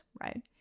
right